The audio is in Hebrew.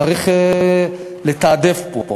צריך לתעדף פה.